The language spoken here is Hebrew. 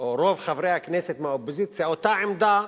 או לרוב חברי הכנסת מהאופוזיציה אותה עמדה,